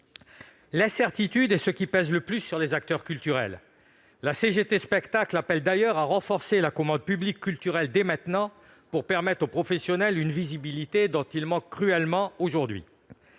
L'incertitude est ce qui pèse le plus sur les acteurs culturels. La CGT Spectacle appelle d'ailleurs à renforcer la commande publique culturelle dès maintenant, pour offrir aux professionnels une visibilité dont ils manquent cruellement aujourd'hui.